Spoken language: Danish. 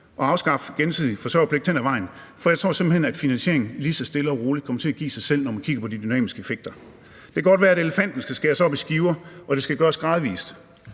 at afskaffe gensidig forsørgerpligt hen ad vejen, for jeg tror simpelt hen, at finansieringen lige så stille og roligt kommer til at give sig selv, når man kigger på de dynamiske effekter. Det kan godt være, at elefanten skal skæres op i skiver, og at det skal gøres gradvist,